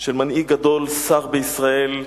של מנהיג גדול, שר בישראל,